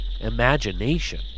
imagination